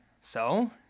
So